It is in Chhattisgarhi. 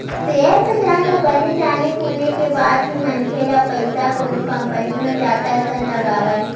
सेयर बजार ल बने जाने गुने के बाद ही मनखे ल पइसा कोनो कंपनी म जादा असन लगवाय